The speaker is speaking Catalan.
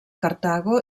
cartago